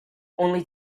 only